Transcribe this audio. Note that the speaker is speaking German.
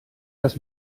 dass